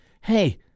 hey—